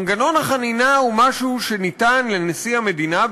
מנגנון החנינה הוא משהו שניתן לנשיא המדינה,